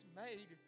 made